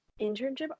internship